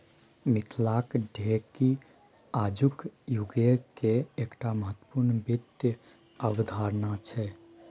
मिथिलाक ढेकी आजुक युगकेर एकटा महत्वपूर्ण वित्त अवधारणा छै